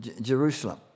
Jerusalem